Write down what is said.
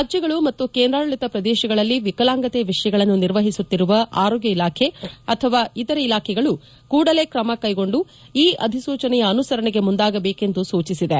ರಾಜ್ಯಗಳು ಮತ್ತು ಕೇಂದ್ರಾಡಳಿತ ಪ್ರದೇಶಗಳಲ್ಲಿ ವಿಕಲಾಂಗತೆ ವಿಷಯಗಳನ್ತು ನಿರ್ವಹಿಸುತ್ತಿರುವ ಆರೋಗ್ಯ ಇಲಾಖೆ ಅಥವಾ ಇತರೆ ಇಲಾಖೆಗಳು ಕೂಡಲೇ ಕ್ರಮ ಕೈಗೊಂಡು ಈ ಅಧಿಸೂಚನೆಯ ಅನುಸರಣೆಗೆ ಮುಂದಾಗಬೇಕು ಎಂದು ಅದು ಸೂಚಿಸಿದೆ